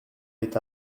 est